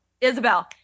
Isabel